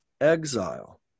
exile